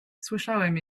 słyszałem